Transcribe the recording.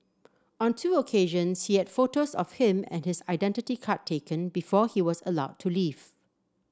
on two occasion he had photos of him and his identity card taken before he was allowed to leave